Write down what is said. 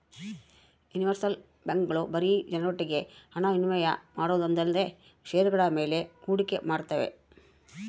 universal ಬ್ಯಾಂಕ್ಗಳು ಬರೀ ಜನರೊಟ್ಟಿಗೆ ಹಣ ವಿನಿಮಯ ಮಾಡೋದೊಂದೇಲ್ದೆ ಷೇರುಗಳ ಮೇಲೆ ಹೂಡಿಕೆ ಮಾಡ್ತಾವೆ